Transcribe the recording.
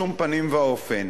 בשום פנים ואופן,